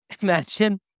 imagine